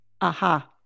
aha